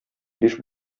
биш